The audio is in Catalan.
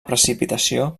precipitació